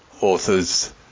authors